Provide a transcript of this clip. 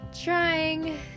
trying